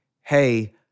hey